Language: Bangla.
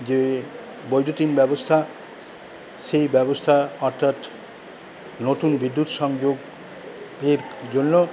যে বৈদ্যুতিন ব্যবস্থা সেই ব্যবস্থা অর্থাৎ নতুন বিদ্যুৎ সংযোগের জন্য